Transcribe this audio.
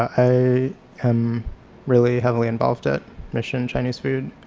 i am really heavily involved at mission chinese food,